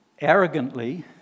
arrogantly